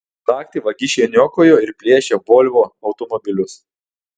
naktį vagišiai niokojo ir plėšė volvo automobilius